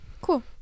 Cool